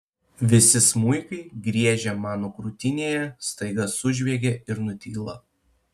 visi smuikai griežę mano krūtinėje staiga sužviegia ir nutyla